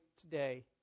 today